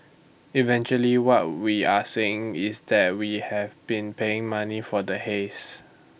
eventually what we are saying is that we have been paying money for the haze